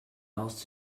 else